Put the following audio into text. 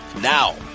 Now